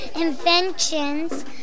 inventions